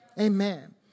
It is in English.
Amen